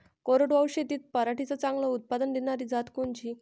कोरडवाहू शेतीत पराटीचं चांगलं उत्पादन देनारी जात कोनची?